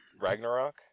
Ragnarok